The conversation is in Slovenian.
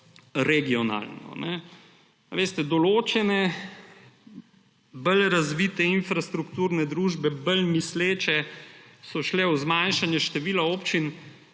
regionalno? Določene, bolj razvite infrastrukturne družbe, bolj misleče, so šle v zmanjšanje števila občin